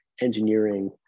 engineering